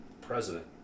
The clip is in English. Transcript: president